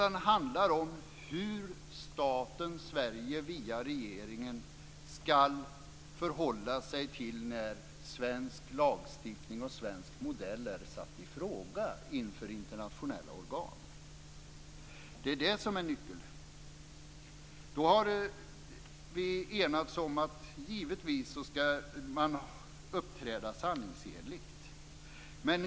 Det handlar om hur staten Sverige via regeringen skall förhålla sig när svensk lagstiftning och svensk modell är satt i fråga inför internationella organ. Det är det som är nyckeln. Vi har enats om att man givetvis skall uppträda sanningsenligt.